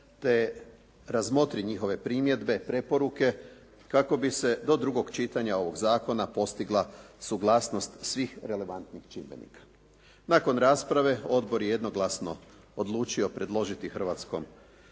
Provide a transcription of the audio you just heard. te razmotri njihove primjedbe, preporuke kako bi se do drugog čitanja ovog zakona postigla suglasnost svih relevantnih čimbenika. Nakon rasprave odbor je jednoglasno odlučio predložiti Hrvatskom